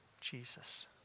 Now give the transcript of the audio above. Jesus